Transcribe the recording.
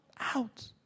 out